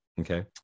okay